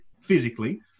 physically